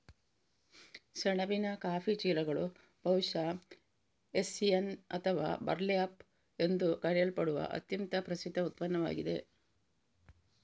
ಸೆಣಬಿನ ಕಾಫಿ ಚೀಲಗಳು ಬಹುಶಃ ಹೆಸ್ಸಿಯನ್ ಅಥವಾ ಬರ್ಲ್ಯಾಪ್ ಎಂದು ಕರೆಯಲ್ಪಡುವ ಅತ್ಯಂತ ಪ್ರಸಿದ್ಧ ಉತ್ಪನ್ನವಾಗಿದೆ